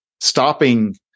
stopping